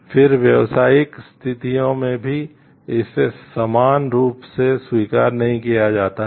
फिर व्यावसायिक स्थितियों में भी इसे समान रूप से स्वीकार नहीं किया जाता है